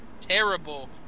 terrible